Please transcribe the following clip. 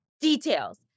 details